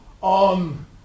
on